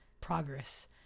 progress